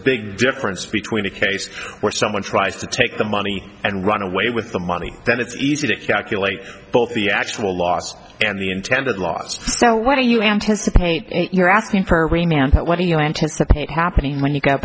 big difference between a case where someone tries to take the money and run away with the money then it's easy to calculate both the actual loss and the intended loss so what do you anticipate you're asking what do you anticipate happening when you g